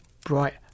bright